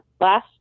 Last